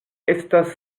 estas